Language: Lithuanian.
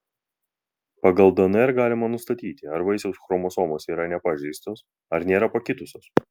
pagal dnr galima nustatyti ar vaisiaus chromosomos yra nepažeistos ar nėra pakitusios